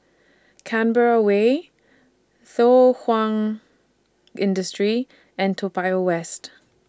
Canberra Way Thow Kwang Industry and Toa Payoh West